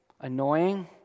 Annoying